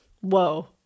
Whoa